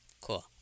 cool